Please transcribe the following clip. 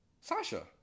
Sasha